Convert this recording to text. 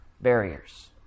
barriers